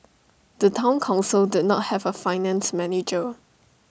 the Town Council did not have A finance manager